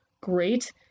great